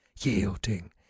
Yielding